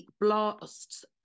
blasts